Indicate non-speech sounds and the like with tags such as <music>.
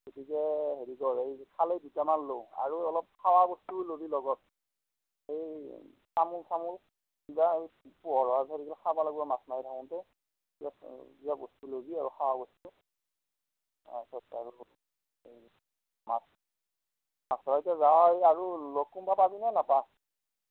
গতিকে হেৰি কৰ এই খালৈ দুটামান লওঁ আৰু অলপ খাব বস্তুও ল'বি লগত সেই তামুল চামুল কিবা পোহৰ <unintelligible> খাব লাগিব মাছ মাৰি থাকোতে কিবা কিবা বস্তু ল'বি আৰু খোৱা বস্তু তাৰপাছত আৰু মাছ মাছ মাৰিব যোৱা আৰু লগ কোনোবা পাবি নে নাপা